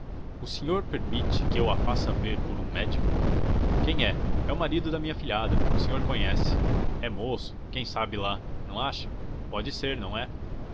o senhor permite que eu a faça ver por um médico quem é é o marido de minha afilhada o senhor conhece é moço quem sabe lá não acha pode ser não é